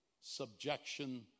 subjection